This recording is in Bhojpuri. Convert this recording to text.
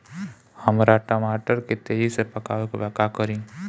हमरा टमाटर के तेजी से पकावे के बा का करि?